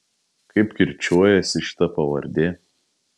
kaip kirčiuojasi šita pavardė